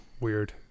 weird